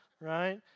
right